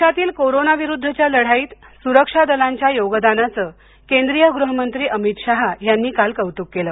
देशातील कोरोनाविरुद्धच्या लढाईत सुरक्षा दलांच्या योगदानाचं केंद्रीय गृहमंत्री अमित शहा यांनी काल कौतुक केलं